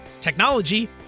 technology